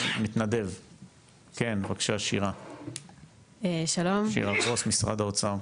כן, בבקשה שירה גרוס, משרד האוצר.